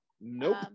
Nope